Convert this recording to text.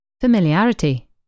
Familiarity